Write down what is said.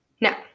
Now